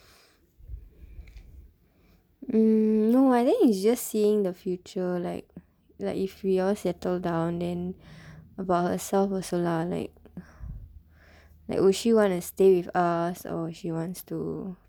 mm no eh I think it's just seeing the future like like if we all settle down then about herself also lah like like will she wanna stay with us or she wants to